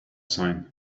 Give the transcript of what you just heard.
sign